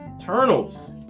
Eternals